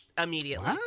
immediately